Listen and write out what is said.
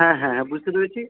হ্যাঁ হ্যাঁ হ্যাঁ বুঝতে পেরেছি